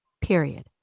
period